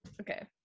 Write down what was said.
Okay